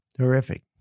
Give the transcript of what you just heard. Terrific